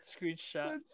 screenshot